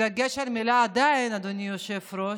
בדגש על המילה "עדיין", אדוני היושב-ראש,